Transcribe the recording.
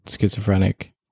schizophrenic